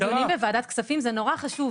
חומר שיכול לתת לי כח"כית לקבל החלטות.